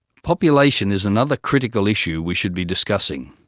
population is another critical issue we should be discussing.